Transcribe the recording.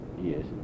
Yes